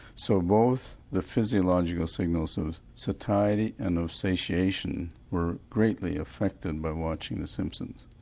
so both the physiological signals of satiety and of satiation were greatly affected by watching the simpsons.